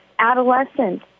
Adolescent